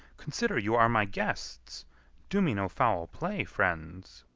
consider you are my guests do me no foul play, friends.